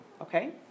okay